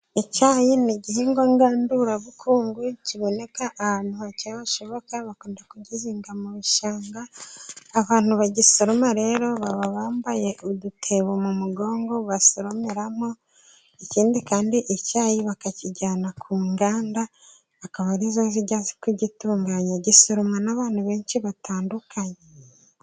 Icyayi ni igihingwa ngandurabukungu kiboneka ahantu hake hashoboka bakunda kugihinga mu bishanga. Abantu bagisoroma rero, baba bambaye udutebo mu mugongo basoromeraramo. Ikindi kandi icyayi bakakijyana ku nganda, akaba arizo zijya kugitunganya gisoromwa n'abantu benshi batandukanye.